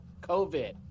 COVID